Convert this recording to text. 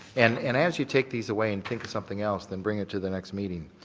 and and as you take these away and think of something else then bring it to the next meeting.